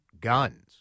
guns